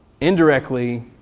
indirectly